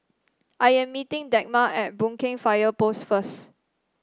I am meeting Dagmar at Boon Keng Fire Post first